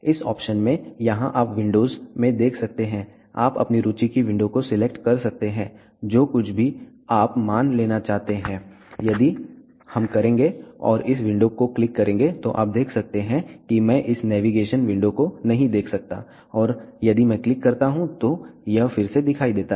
इस ऑप्शन में यहाँ आप विंडोज़ में देख सकते हैं आप अपनी रूचि की विंडो को सिलेक्ट कर सकते हैं जो कुछ भी आप मान लेना चाहते हैं यदि हम करेंगे और इस विंडो को क्लिक करेंगे तो आप देख सकते हैं कि मैं इस नेविगेशन विंडो को नहीं देख सकता और यदि मैं क्लिक करता हूँ तो यह फिर से दिखाई देता है